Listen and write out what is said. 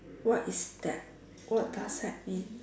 what is that what does that mean